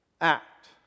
act